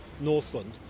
Northland